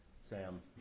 Sam